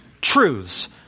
truths